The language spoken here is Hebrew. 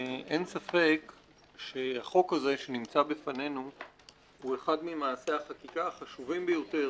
אין ספק שהחוק הזה שנמצא בפנינו הוא אחד ממעשי החקיקה החשובים ביותר